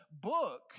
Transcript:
book